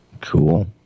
Cool